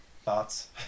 Thoughts